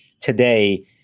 today